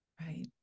right